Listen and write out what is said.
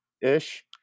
ish